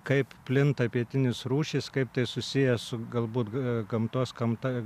kaip plinta pietinės rūšys kaip tai susiję su galbūt gamtos gamta